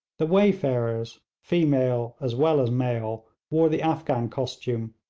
the wayfarers, female as well as male, wore the afghan costume,